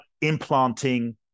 implanting